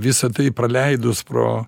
visa tai praleidus pro